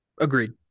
Agreed